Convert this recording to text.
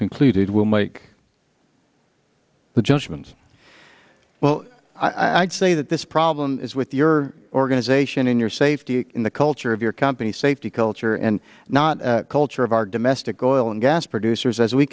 concluded will make the judgment well i i'd say that this problem is with your organization in your safety in the culture of your company safety culture and not a culture of our domestic oil and gas producers as we